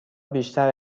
بیشتر